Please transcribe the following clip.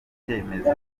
ikemezo